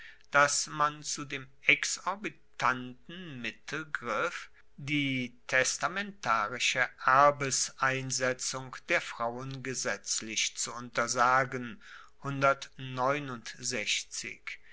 dass man zu dem exorbitanten mittel griff die testamentarische erbeseinsetzung der frauen gesetzlich zu untersagen